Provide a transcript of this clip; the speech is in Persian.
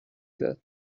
داد